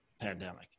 pandemic